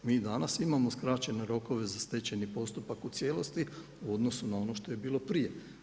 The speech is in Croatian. Mi danas imamo skraćene rokove za stečajni postupak u cijelosti u odnosu na ono što je bilo prije.